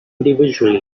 individually